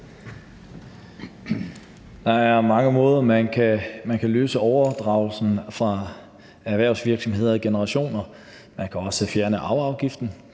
Der er mange måder, man kan løse overdragelsen af erhvervsvirksomheder ejet i generationer på – man kan også fjerne arveafgiften